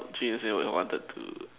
Jun yuan said what you wanted to